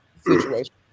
situation